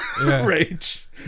rage